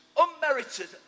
unmerited